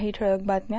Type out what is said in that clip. काही ठळक बातम्या